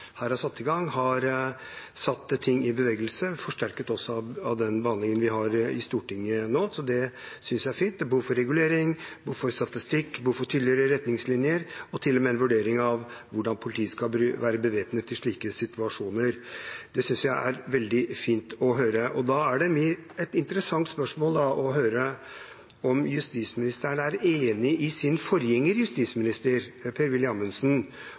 her har satt i gang, har satt ting i bevegelse, også forsterket av den behandlingen vi har i Stortinget nå. Det synes jeg er fint. Det er behov for regulering, behov for statistikk, behov for tydeligere retningslinjer og til og med en vurdering av hvordan politiet skal være bevæpnet i slike situasjoner. Det synes jeg er veldig fint å høre. Da hadde det vært interessant å høre om justisministeren er enig med sin forgjenger, Per-Willy Amundsen,